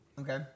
Okay